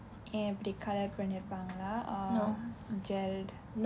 ஏன் இப்படி:aen ippadi color பண்ணிருப்பாங்க:panniruppaanga lah or gelled